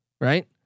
right